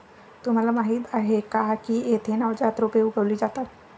तुम्हाला माहीत आहे का की येथे नवजात रोपे उगवली जातात